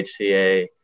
HCA